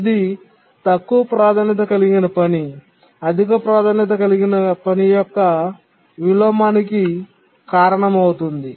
ఇది తక్కువ ప్రాధాన్యత కలిగిన పని అధిక ప్రాధాన్యత కలిగిన పని యొక్క విలోమానికి కారణమవుతుంది